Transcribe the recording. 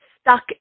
stuck